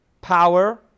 power